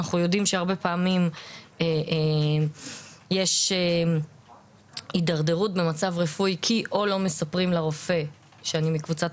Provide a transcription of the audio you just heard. הרבה פעמים יש הדרדרות במצב רפואי כי או לא מספרים לרופא שאני מקהילת